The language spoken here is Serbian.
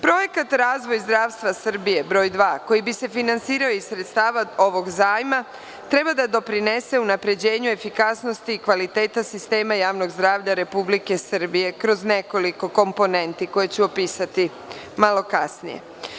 Projekat – Razvoj zdravstva Srbije broj 2, koji bi se finansirao iz sredstava ovog zajma, treba da doprinese unapređenju, efikasnosti i kvaliteta sistema javnog zdravlja Republike Srbije kroz nekoliko komponenti koje ću opisati malo kasnije.